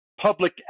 public